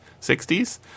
60s